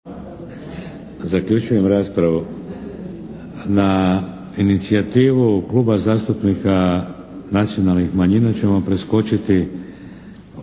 Vladimir (HDZ)** Na inicijativu Kluba zastupnika nacionalnih manjina ćemo preskočiti